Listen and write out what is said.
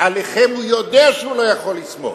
עליכם הוא יודע שהוא לא יכול לסמוך.